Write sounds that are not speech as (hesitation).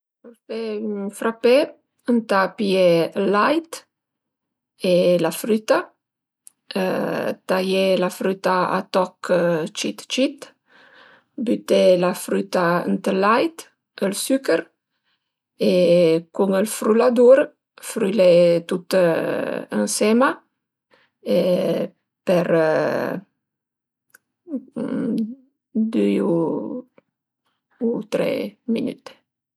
Për fe ën frappé ëntà pié ël lait e la früta, taié la früta a toch cit cit, büté la früta ënt ël lait, ël suchèr e cun ël fruladur frülé tut ënsema per (hesitation) düi u tre minüte